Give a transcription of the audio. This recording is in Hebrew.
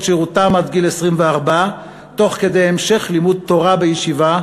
שירותם עד גיל 24 תוך כדי המשך לימוד תורה בישיבה,